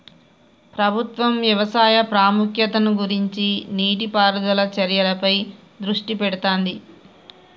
ప్రభుత్వం వ్యవసాయ ప్రాముఖ్యతను గుర్తించి నీటి పారుదల చర్యలపై దృష్టి పెడుతాంది